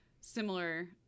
similar